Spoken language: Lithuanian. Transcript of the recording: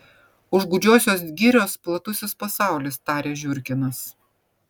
už gūdžiosios girios platusis pasaulis tarė žiurkinas